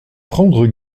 prendre